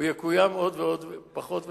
הוא יקוים עוד פחות ופחות.